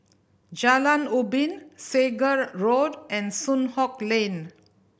Jalan Ubin Segar Road and Soon Hock Lane